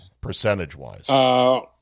percentage-wise